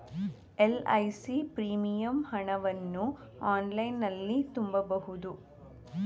LIC premium ಹಣವನ್ನು ಆನ್ಲೈನಲ್ಲಿ ತುಂಬಬಹುದು